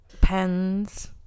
Pens